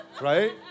right